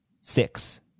six